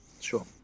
sure